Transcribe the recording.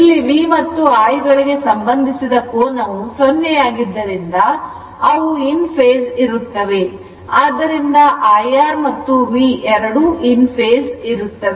ಇಲ್ಲಿ V ಮತ್ತು Iಗಳಿಗೆ ಸಂಬಂಧಿಸಿದ ಕೋನವು 0 o ಆಗಿದ್ದರಿಂದ ಅವು in the phase ಇರುತ್ತವೆ ಆದ್ದರಿಂದ IR and V ಎರಡೂ in the phase ಇರುತ್ತವೆ